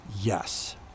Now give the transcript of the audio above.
yes